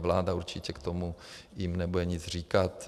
Vláda určitě k tomu jim nebude nic říkat.